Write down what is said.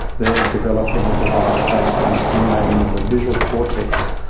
they are developing a device based on stimulating of a visual cortex.